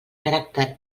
caràcter